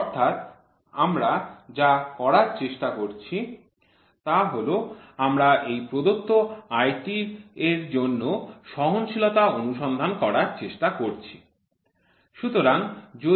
অর্থাৎ আমরা যা করার চেষ্টা করছি তা হল আমরা এই প্রদত্ত IT এর জন্য সহনশীলতা অনুসন্ধান করার চেষ্টা করছি